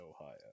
Ohio